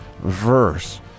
verse